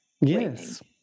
Yes